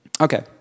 Okay